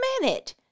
minute